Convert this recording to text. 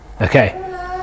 Okay